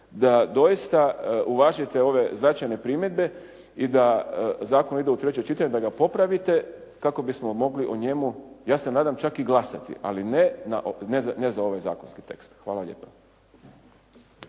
da doista uvažite ove značajne primjedbe i da zakon ide u treće čitanje, da ga popravite kako bismo mogli o njemu, ja se nadam čak i glasati, ali ne za ovaj zakonski tekst. Hvala lijepa.